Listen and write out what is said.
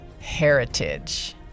heritage